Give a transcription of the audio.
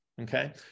okay